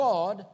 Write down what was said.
God